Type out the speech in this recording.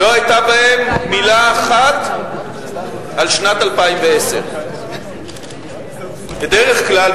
לא היתה בהם מלה אחת על שנת 2010. בדרך כלל,